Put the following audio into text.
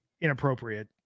inappropriate